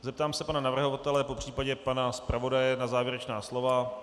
Zeptám se pana navrhovatele, popřípadě pana zpravodaje na závěrečná slova.